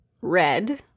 Red